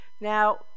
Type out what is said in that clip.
Now